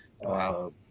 wow